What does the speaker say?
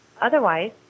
Otherwise